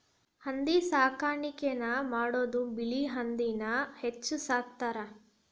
ಹಂದಿ ಸಾಕಾಣಿಕೆನ ಮಾಡುದು ಬಿಳಿ ಹಂದಿನ ಹೆಚ್ಚ ಸಾಕತಾರ